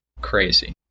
crazy